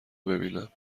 ببینم